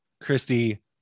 Christy